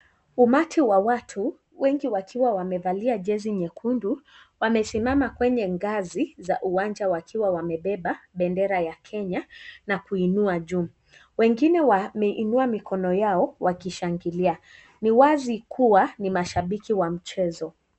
Umati wa watu wengi wakiwa wamevalia jezi nyekundu, wamesimama kwenye ngazi za uwanja wakiwa wamebeba bendera ya Kenya na kuiinua juu. Wengine wameinua yao wakishangilia, Ni wazi kuwa ni mashabiki wa mchezo.